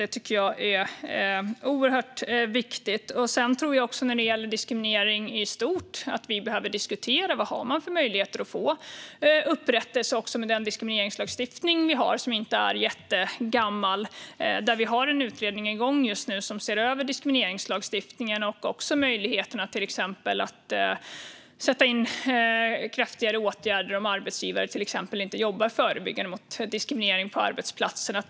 Det tycker jag är oerhört viktigt. När det gäller diskriminering i stort tror jag att vi behöver diskutera vad man har för möjligheter att få upprättelse med den diskrimineringslagstiftning vi har, som inte är jättegammal. Vi har en utredning igång just nu som ser över diskrimineringslagstiftningen, liksom möjligheterna att sätta in kraftigare åtgärder om arbetsgivare till exempel inte jobbar förebyggande mot diskriminering på arbetsplatsen.